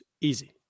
Easy